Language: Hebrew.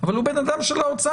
אבל הוא בן אדם של האוצר.